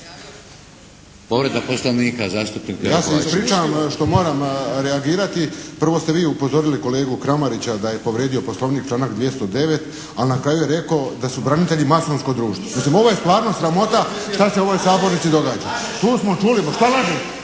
Ja se ispričavam što moram reagirati. Prvo ste vi upozorili kolegu Kramarića da je povrijedio Poslovnik članak 209., a na kraju je rekao da su branitelji masonsko društvo. Mislim ovo je stvarno sramota šta se u ovoj sabornici događa. Tu smo čuli, ……